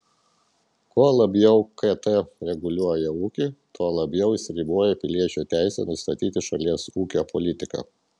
kuo labiau kt reguliuoja ūkį tuo labiau jis riboja piliečių teisę nustatyti šalies ūkio politiką